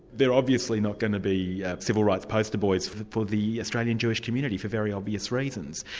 they're obviously not going to be civil rights poster boys for for the australian jewish community, for very obvious reasons.